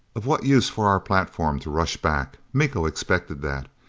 of what use for our platform to rush back? miko expected that.